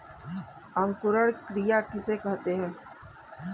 अंकुरण क्रिया किसे कहते हैं?